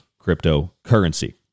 cryptocurrency